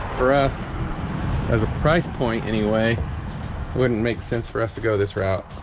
for us as a price point anyway wouldn't make sense for us to go this route